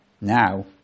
Now